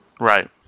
Right